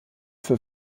für